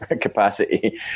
capacity